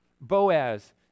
Boaz